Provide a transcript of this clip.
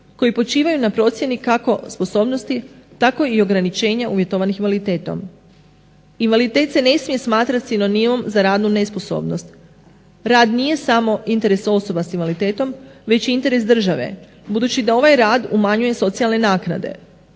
koji počivaju na procjeni kako sposobnosti, tako i ograničenja uvjetovanih invaliditetom. Invaliditet se ne smije smatrati sinonimom za radnu nesposobnost. Rad nije samo interes osoba sa invaliditetom, već je i interes države budući da ovaj rad umanjuje socijalne naknade.